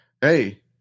Hey